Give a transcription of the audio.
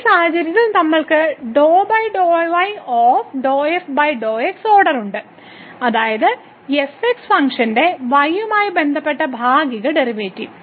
ഈ സാഹചര്യത്തിൽ നമ്മൾക്ക് ഇപ്പോൾ ഓർഡർ ഉണ്ട് അതായത് ഫംഗ്ഷന്റെ y യുമായി ബന്ധപ്പെട്ട ഭാഗിക ഡെറിവേറ്റീവ്